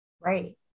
Right